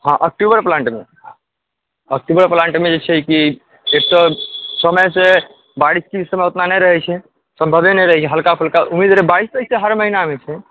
हँ अक्टुबर प्लान्टमे अक्टुबर प्लान्टमे जे छै कि एक तऽ समयसँ बारिश नहि रहै छै सम्भवे नहि रहैया हल्का फूलका ओ भी थोरी बारिश होइ छै हर महिनामे